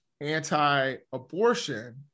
anti-abortion